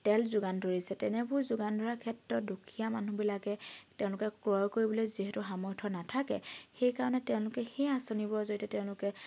তেল যোগান ধৰিছে তেনেবোৰ যোগান ধৰাৰ ক্ষেত্ৰত দুখীয়া মানুহবিলাকে তেওঁলোকে ক্ৰয় কৰিবলৈ যিহেটো সামৰ্থ নাথাকে সেইকাৰণে তেওঁলোকে সেই আঁচনিবোৰৰ জৰিয়তে তেওঁলোকে